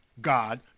God